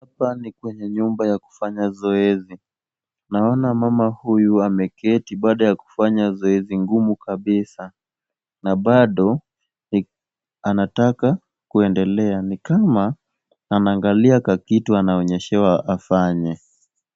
Hapa ni kwenye nyumba ya kufanya zoezi. Naona mama huyu ameketi baada ya kufanya zoezi ngumu kabisa na bado anataka kuendelea. Ni kama anaangalia kakitu anaonyeshewa afanye.